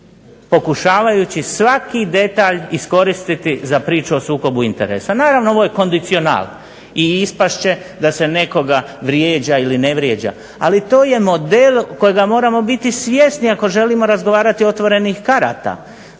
pokušavajući svaki detalj iskoristiti za priču o sukobu interesa. Naravno ovo je kondicional, i ispast će da se nekoga vrijeđa ili ne vrijeđa, ali to je model kojega moramo biti svjesni ako želimo razgovarati otvorenih karata.